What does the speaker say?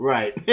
Right